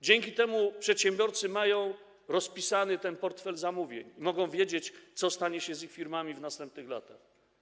Dzięki temu przedsiębiorcy mają rozpisany ten portfel zamówień i wiedzą, co stanie się z ich firmami w następnych latach.